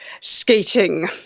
skating